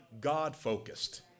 God-focused